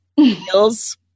feels